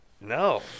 No